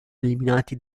eliminati